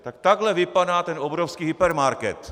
Tak takhle vypadá ten obrovský hypermarket.